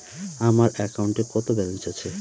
আমার অ্যাকাউন্টে কত ব্যালেন্স আছে?